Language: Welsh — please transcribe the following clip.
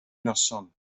noson